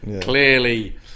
Clearly